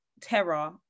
terror